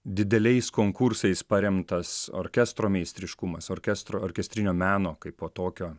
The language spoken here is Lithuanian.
dideliais konkursais paremtas orkestro meistriškumas orkestro orkestrinio meno kaipo tokio